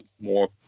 more